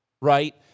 right